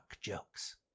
jokes